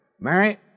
Mary